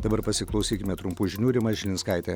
dabar pasiklausykime trumpų žinių rima žilinskaitė